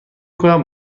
کنم